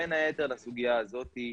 בין היתר לסוגיה הזאת.